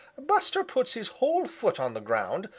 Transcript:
buster puts his whole foot on the ground,